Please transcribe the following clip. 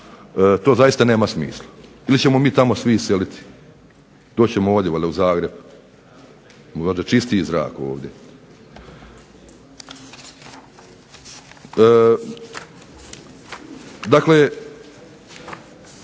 to zaista nema smisla. Ili ćemo mi tamo svi iselili. Doći ćemo ovdje valjda u Zagreb, čistiji zrak ovdje. Dakle